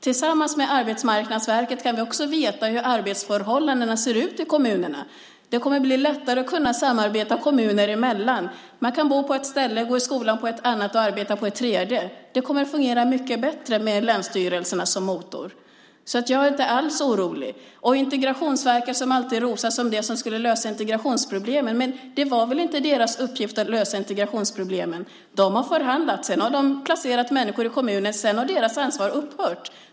Tillsammans med Arbetsmarknadsverket kan vi också få veta hur arbetsförhållandena ser ut i kommunerna. Det kommer att bli lättare att samarbeta kommuner emellan. Man kan bo på ett ställe, gå i skolan på ett annat och arbeta på ett tredje. Det kommer att fungera mycket bättre med länsstyrelserna som motor. Jag är inte alls orolig. Integrationsverket rosas alltid som det som skulle lösa integrationsproblemen. Men det var väl inte Integrationsverkets uppgift att göra det? De har förhandlat. Sedan har de placerat människor i kommunerna, och efter det har deras ansvar upphört.